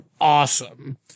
awesome